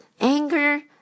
Anger